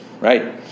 Right